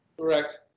Correct